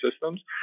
systems